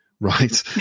Right